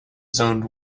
zoned